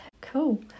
Cool